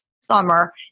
summer